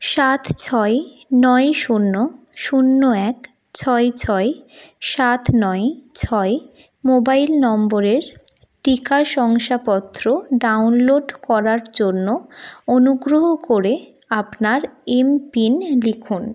সাত ছয় নয় শূন্য শূন্য এক ছয় ছয় সাত নয় ছয় মোবাইল নম্বরের টিকা শংসাপত্র ডাউনলোড করার জন্য অনুগ্রহ করে আপনার এমপিন লিখুন